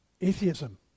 atheism